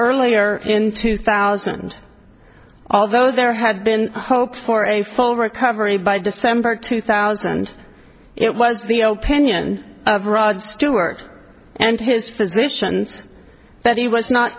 earlier in two thousand although there had been hope for a full recovery by december two thousand it was the zero pinioned of rod stewart and his physicians that he was not